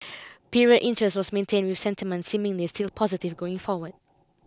period interest was maintained with sentiment seemingly still positive going forward